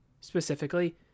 Specifically